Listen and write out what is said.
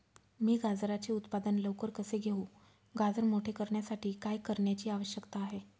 मी गाजराचे उत्पादन लवकर कसे घेऊ? गाजर मोठे करण्यासाठी काय करण्याची आवश्यकता आहे?